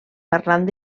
parlant